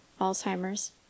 Alzheimer's